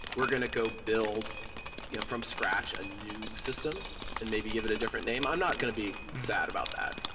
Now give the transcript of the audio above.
we're going to go build you know from scratch a new system and maybe give it a different name. i'm not going to be sad about that.